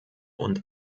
und